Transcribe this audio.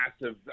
massive